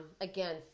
Again